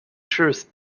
truth